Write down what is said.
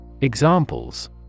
Examples